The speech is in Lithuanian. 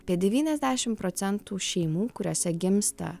apie devyniasdešim procentų šeimų kuriose gimsta